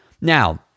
Now